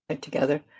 together